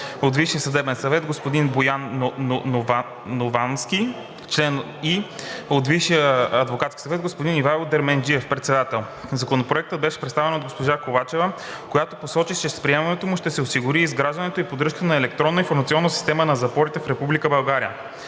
от Висшия съдебен съвет господин Боян Новански – член; и от Висшия адвокатски съвет доктор Ивайло Дерменджиев – председател. Законопроектът беше представен от госпожа Ковачева, която посочи, че с приемането му ще се осигури изграждането и поддръжката на електронна информационна система на запорите в Република България.